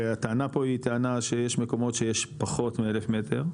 הטענה פה היא טענה שיש מקומות שיש פחות מ- 1,000 מטר,